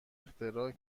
اختراع